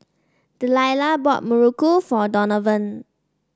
Delilah bought Muruku for Donovan